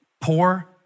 poor